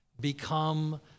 become